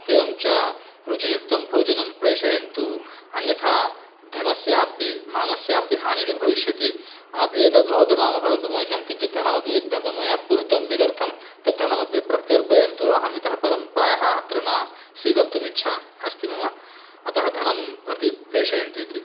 एवं च रुचियुक्तं भोजनं प्रेषयन्तु अन्यथा धनस्यापि मानस्यापि हानिः भविष्यति एतद् भवतु नाम परन्तु मह्यं किञ्चित् धनमपि यद्धनं मया पूरितं यदर्थं तद्धनमपि प्रत्यर्पयन्तु अहम् इतः परं प्रायः अत्र न स्वीकर्तुमिच्छा अस्ति मम अतः धनं प्रति प्रेषयन्तु इति